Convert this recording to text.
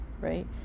Right